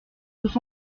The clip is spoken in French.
tous